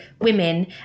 women